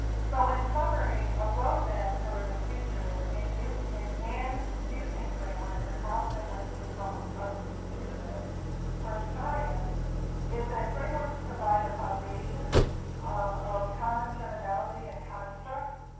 so in summary a roadmap for the future and in and using frameworks and how frameworks can help us do this for science is that frameworks provide a foundation of common terminology and constructs,